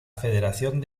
federación